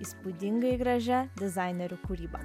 įspūdingai gražia dizainerių kūryba